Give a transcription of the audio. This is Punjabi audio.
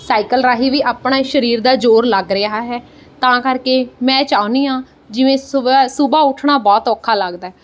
ਸਾਈਕਲ ਰਾਹੀਂ ਵੀ ਆਪਣੇ ਸਰੀਰ ਦਾ ਜ਼ੋਰ ਲੱਗ ਰਿਹਾ ਹੈ ਤਾਂ ਕਰਕੇ ਮੈਂ ਚਾਹੁੰਦੀ ਹਾਂ ਜਿਵੇਂ ਸੁਬਹੇ ਸੁਬਹਾ ਉੱਠਣਾ ਬਹੁਤ ਔਖਾ ਲੱਗਦਾ